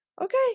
okay